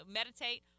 meditate